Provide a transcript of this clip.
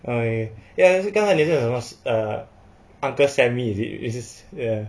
okay ya 刚才你讲什么 uh uncle sammy is it is it ya